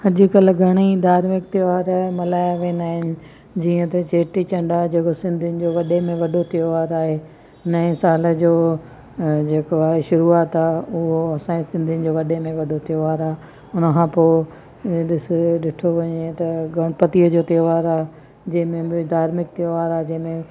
अॼु कल्ह घणेई धार्मिक त्योहार मल्हाया वेंदा आहिनि जीअं त चेटी चंडु आहे जेको सिंधियुनि जो वॾे में वॾो त्योहारु आहे नएं साल जो जेको आहे शुरूआति आहे उहो असां सिंधियुनि जो वॾे में वॾो त्योहारु आहे उन खां पोइ ऐं ॾिस ॾिठो वञे त गणपतीअ जो त्योहारु आहे जंहिं में ॿियो धार्मिक त्योहारु आहे जंहिं में